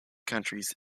countries